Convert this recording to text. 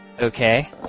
Okay